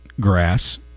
grass